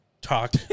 talk